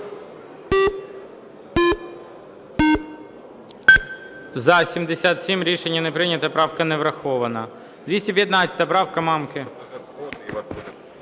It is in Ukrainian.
За-77 Рішення не прийнято. Правка не врахована. 215 правка, Мамки.